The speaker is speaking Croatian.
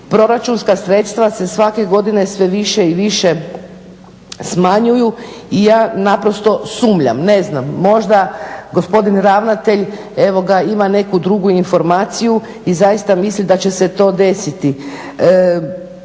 proračunska sredstva se svake godine sve više i više smanjuju i ja naprosto sumnjam, ne znam, možda gospodin ravnatelj, evo ga, ima neku drugu informaciju i zaista misli da će se to desiti.